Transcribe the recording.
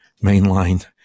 mainline